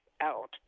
out